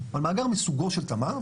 אבל מאגר מסוגו של תמר,